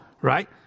right